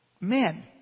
men